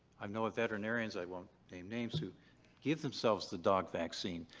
um know of veterinarians i won't name names who give themselves the dog vaccine.